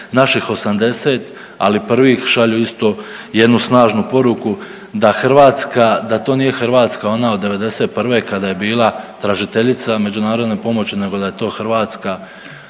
naših 80, ali prvih šalju isto jednu snažnu poruku da Hrvatska, da to nije Hrvatska ona od '91. kada je bila tražiteljica međunarodne pomoći nego da je to Hrvatska